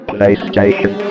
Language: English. PlayStation